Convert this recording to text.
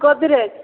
Godrej